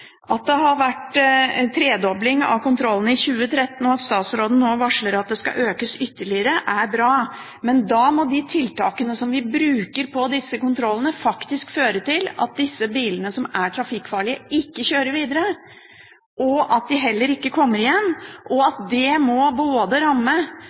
At det har vært en tredobling av kontrollene i 2013, og at statsråden nå varsler at de skal økes ytterligere, er bra. Men da må tiltakene som vi bruker på disse kontrollene, faktisk føre til at bilene som er trafikkfarlige, ikke kjører videre, og at de heller ikke kommer igjen. Det må ramme